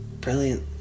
Brilliant